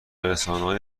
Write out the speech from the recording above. رسانههای